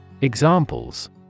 examples